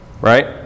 Right